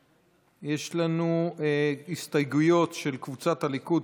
יש לנו הסתייגויות של קבוצת סיעת הליכוד,